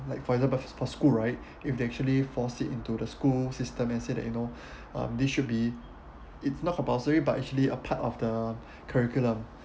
like for example sports school right if they actually force it into the school system let's say that you know um they should be it's not compulsory but actually a part of the curriculum